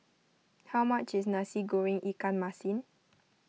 how much is Nasi Goreng Ikan Masin